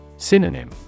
Synonym